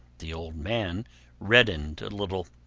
the old man reddened a little.